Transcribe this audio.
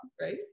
right